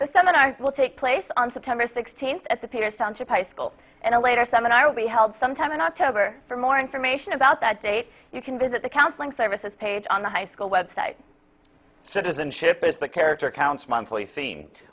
the seminars will take place on september sixteenth at the paper sounds of high school and a later seminar we held some time in october for more information about that date you can visit the counseling services page on the high school website citizenship is the character counts monthly s